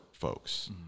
folks